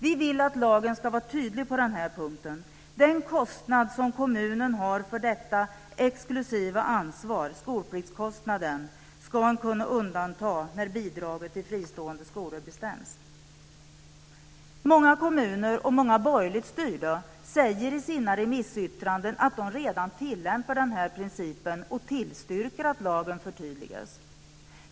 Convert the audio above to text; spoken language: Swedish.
Vi vill att lagen ska vara tydlig på den här punkten. Den kostnad som kommunen har för detta exklusiva ansvar, skolpliktskostnaden, ska man kunna undanta när bidragen till fristående skolor bestäms. Många kommuner, många borgerligt styrda, säger i sina remissyttranden att de redan tillämpar denna princip och tillstyrker att lagen förtydligas.